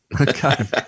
Okay